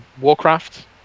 Warcraft